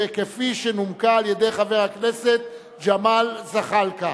כפי שנומקה על-ידי חבר הכנסת ג'מאל זחאלקה.